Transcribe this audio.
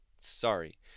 Sorry